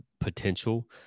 potential